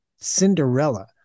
*Cinderella*